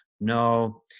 No